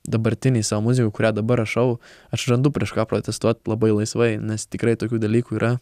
dabartinėj savo muzikoj kurią dabar rašau aš randu prieš ką protestuot labai laisvai nes tikrai tokių dalykų yra